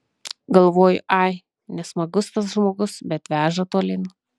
galvoju ai nesmagus tas žmogus bet veža tolyn